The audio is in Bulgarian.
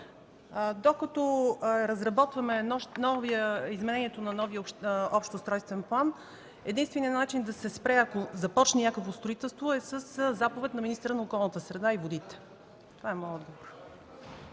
Докато разработваме изменението на новия общ устройствен план единственият начин да се спре, ако започне някакво строителство, е със заповед на министъра на околната среда и водите. Това е моят отговор.